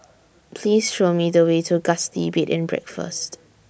Please Show Me The Way to Gusti Bed and Breakfast